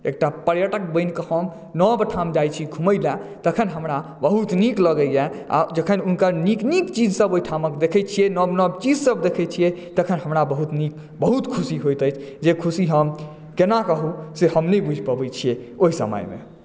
एकटा पर्यटक बनि कऽ हम नव ठाम जाइ छी घुमैला तखन हमरा बहुत नीक लगैया आ जखन हुनकर नीक नीक चीज ओहिठामक देखै छियै नव नव चीज सभ देखै छियै तखन हमरा बहुत नीक बहुत खुशी होइत अछि जे खुशी हम केना कहू से हम नहि बुझि पबै छियै ओहि समयमे